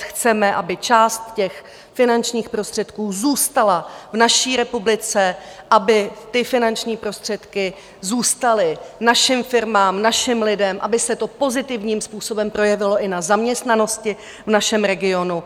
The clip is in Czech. Chceme, aby část těch finančních prostředků zůstala v naší republice, aby ty finanční prostředky zůstaly našim firmám, našim lidem, aby se to pozitivním způsobem projevilo i na zaměstnanosti v našem regionu.